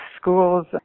schools